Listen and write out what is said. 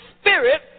spirit